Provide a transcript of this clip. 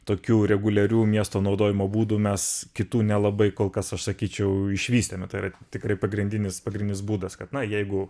tokių reguliarių miesto naudojimo būdų mes kitų nelabai kol kas aš sakyčiau išvystėme tai yra tikrai pagrindinis pagrindinis būdas kad na jeigu